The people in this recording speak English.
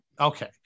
Okay